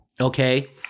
okay